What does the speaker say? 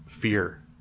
fear